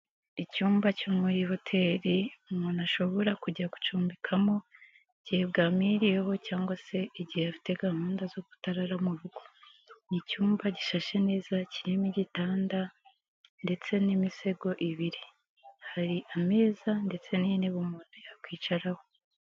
Icyumba cyo muri hoteli umuntu ashobora kujya gucumbikamo cyebwamiririyeho cyangwa se igihe afite gahunda zo kutarara mu rugo, ni icyumba gishashe neza kirimo igitanda ndetse n'imisego ibiri, hari ameza ndetse n'inene umuntu yakwicaraho.